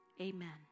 amen